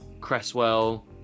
Cresswell